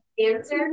answer